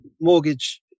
mortgage